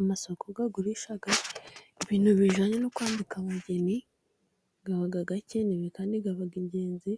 Amasoko agurisha ibintu bijyanye no kwambika abageni, aba akenewe kandi aba ingenzi,